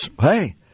Hey